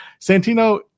Santino